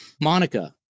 Monica